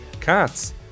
Cats